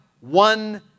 one